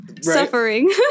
Suffering